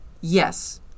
yes